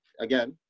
again